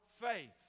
faith